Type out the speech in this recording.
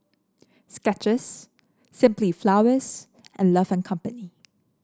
Skechers Simply Flowers and Love and Company